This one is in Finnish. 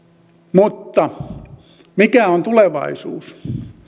mutta mikä on tulevaisuus